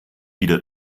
wieder